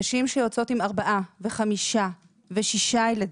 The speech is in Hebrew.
נשים שיוצאות עם ארבעה וחמישה ושישה ילדים,